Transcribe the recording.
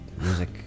music